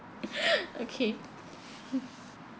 okay